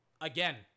Again